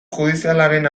judizialaren